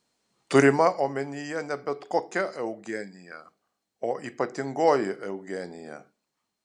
turima omenyje ne bet kokia eugenija o ypatingoji eugenija